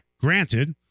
Granted